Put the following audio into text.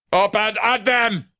up and at them!